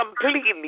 completely